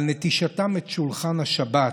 על נטישתם את שולחן השבת,